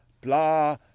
blah